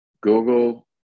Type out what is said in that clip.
google